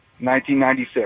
1996